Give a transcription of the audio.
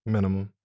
Minimum